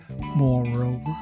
Moreover